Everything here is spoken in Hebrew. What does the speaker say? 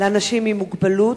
לאנשים עם מוגבלות,